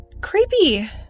creepy